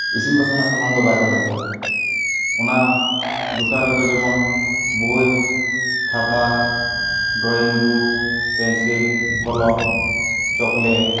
ᱤᱥᱤᱱ ᱵᱟᱥᱟᱝᱟᱜ ᱥᱟᱢᱟᱱ ᱫᱚ ᱵᱟᱭ ᱫᱚᱦᱚᱭ ᱛᱮ ᱚᱱᱟ ᱫᱚᱠᱟᱱ ᱨᱮᱫᱚ ᱡᱮᱢᱚᱱ ᱵᱳᱭ ᱠᱷᱟᱛᱟ ᱰᱨᱚᱭᱤᱝ ᱵᱩᱠ ᱯᱮᱱᱥᱤᱞ ᱠᱚᱞᱚᱢ ᱪᱚᱠᱞᱮᱴ